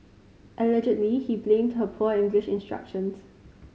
allegedly he blamed her poor English instructions